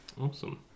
Awesome